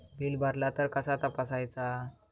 Bill भरला तर कसा तपसायचा?